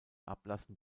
ablassen